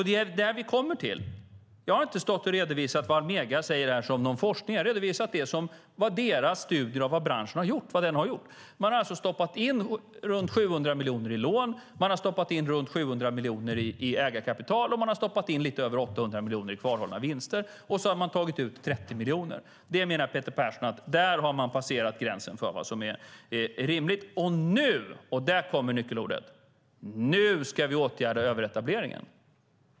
Det är det vi kommer till: Jag har inte stått och redovisat det Almega säger som någon forskning, utan jag har redovisat vad deras studier av vad branschen har gjort har visat. Man har alltså stoppat in runt 700 miljoner i lån, man har stoppat in runt 700 miljoner i ägarkapital och man har stoppat in lite över 800 miljoner i kvarhållna vinster. Sedan har man tagit ut 30 miljoner. Där menar Peter Persson att man har passerat gränsen för vad som är rimligt, och nu - där kommer nyckelordet - ska vi åtgärda överetableringen.